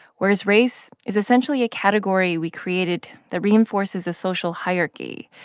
whereas race is, essentially, a category we created that reinforces a social hierarchy.